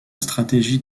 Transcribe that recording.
stratégie